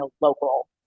local